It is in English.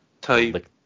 type